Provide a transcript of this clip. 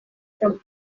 from